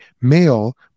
male